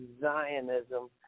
Zionism